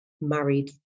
married